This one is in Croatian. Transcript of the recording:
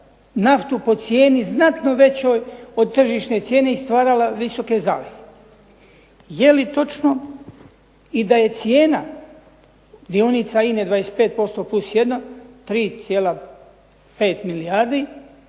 naftu po cijeni znatno većoj od tržišne cijene i stvarala visoke zalihe? Je li točno i da je cijena dionica INA-e 25% plus jedna, 3,5 milijardi